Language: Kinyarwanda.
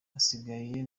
asigaye